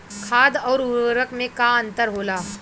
खाद्य आउर उर्वरक में का अंतर होला?